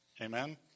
Amen